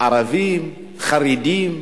ערבים, חרדים.